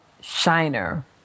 Shiner